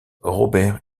robert